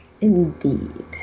Indeed